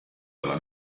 della